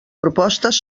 propostes